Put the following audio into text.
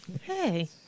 Hey